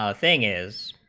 ah thing is,